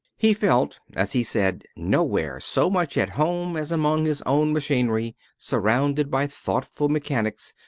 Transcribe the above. he felt, as he said, nowhere so much at home as among his own machinery, surrounded by thoughtful mechanics,